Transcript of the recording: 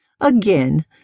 Again